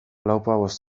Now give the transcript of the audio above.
lauzpabost